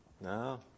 No